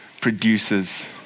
produces